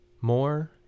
more